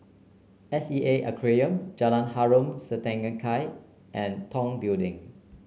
S E A Aquarium Jalan Harom Setangkai and Tong Building